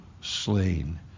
slain